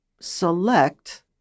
select